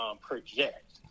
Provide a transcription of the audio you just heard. project